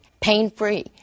pain-free